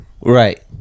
Right